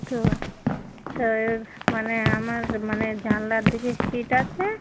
তো তো এবার মানে আমার মানে জানলার দিকে সীট আছে